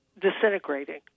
disintegrating